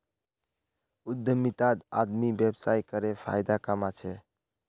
उद्यमितात आदमी व्यवसाय करे फायदा कमा छे